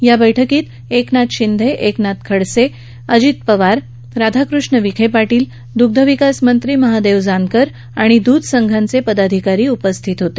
या बैठकीत एकनाथ शिंदे एकनाथ खडसे अजित पवार राधाकृष्ण विखे पाटील दुग्धविकास मंत्री महादेव जानकर आणि दुध संघांचे पदाधिकारी उपस्थित होते